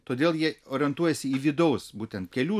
todėl jie orientuojasi į vidaus būtent kelių